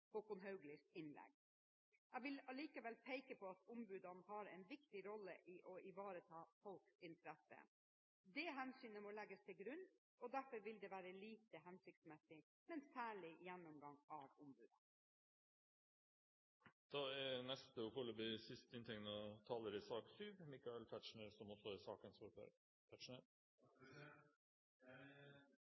vil likevel peke på at ombudene har en viktig rolle for å ivareta folks interesser. Det hensynet må legges til grunn, og derfor vil det være lite hensiktsmessig med en særlig gjennomgang av ombudene. Jeg deler statsrådens syn på at dette har vært en interessant debatt, og at posisjonene kanskje ikke er